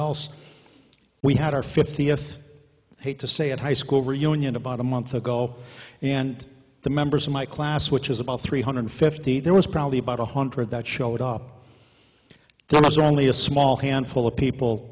else we had our fiftieth hate to say it high school reunion about a month ago and the members of my class which is about three hundred fifty there was probably about one hundred that showed up there's only a small handful of people